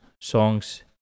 songs